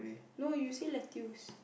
no you say lettuce